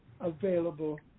available